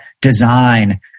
design